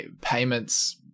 Payments